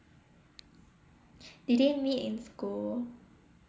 did they meet in school